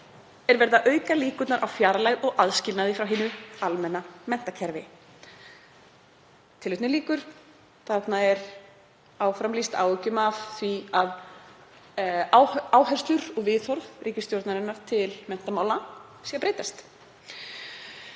er verið að auka líkurnar á fjarlægð og aðskilnaði frá hinu almenna menntakerfi.“ Þarna er áfram lýst áhyggjum af því að áherslur og viðhorf ríkisstjórnarinnar til menntamála séu að breytast